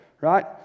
right